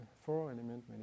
four-element